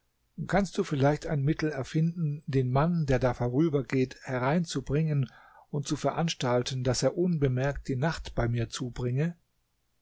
kannst du vielleicht ein mittel erfinden den mann der da vorübergeht hereinzubringen und zu veranstalten daß er unbemerkt die nacht bei mir zubringe